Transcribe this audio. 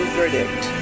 verdict